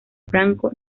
blanco